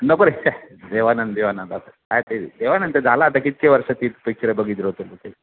नपरे देवानंद देवानंद आप देवानंद झाला आता कित्ती वर्षं ती पिक्चरं बघितलं होतं मी ते